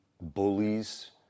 bullies